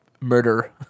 murder